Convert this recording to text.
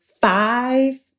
five